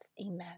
Amen